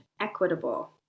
equitable